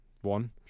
one